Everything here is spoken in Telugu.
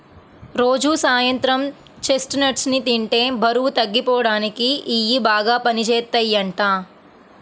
రోజూ సాయంత్రం చెస్ట్నట్స్ ని తింటే బరువు తగ్గిపోడానికి ఇయ్యి బాగా పనిజేత్తయ్యంట